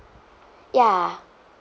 ya